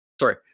Sorry